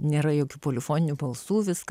nėra jokių polifoninių balsų visk